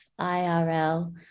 IRL